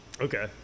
Okay